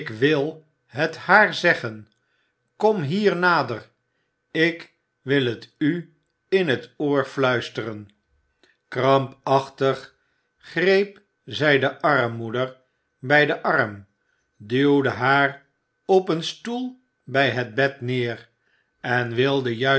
i het haar zeggen kom hier nader ik wil het u in het oor fluisteren krampachtig greep zij de armmoeder bij den arm duwde haar op een stoel bij het bed neer en wilde juist